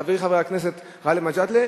חברי חבר הכנסת גאלב מג'אדלה,